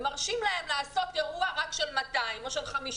ומרשים להם לעשות אירוע רק של 200 או של 50,